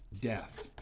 death